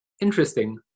Interesting